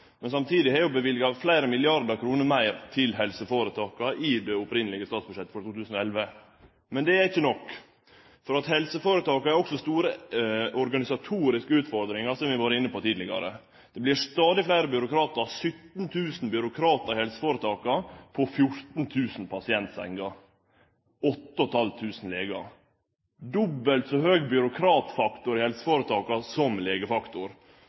Men samtidig har vi løyvd fleire milliardar kroner meir til helseføretaka i det opphavlege statsbudsjettet for 2011. Men det er ikkje nok, for helseføretaka har også store organisatoriske utfordringar, som vi har vore inne på tidlegare. Det vert stadig fleire byråkratar – 17 000 byråkratar i helseføretaka, 14 000 pasientsenger og 8 500 legar. I helseføretaka er det dobbelt så høg byråkratfaktor som